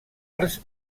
arts